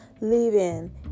living